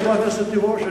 חברת הכנסת תירוש.